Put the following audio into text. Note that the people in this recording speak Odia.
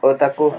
ଓ ତାକୁ